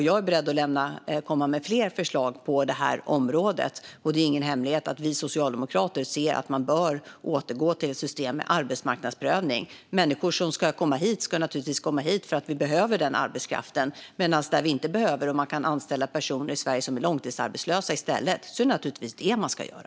Jag är beredd att komma med fler förslag på detta område, och det är ingen hemlighet att vi socialdemokrater anser att man bör återgå till ett system med arbetsmarknadsprövning. Människor ska komma hit för att vi behöver just den arbetskraften, men där vi inte behöver den och man i stället kan anställa personer i Sverige som är långtidsarbetslösa är det givetvis det man ska göra.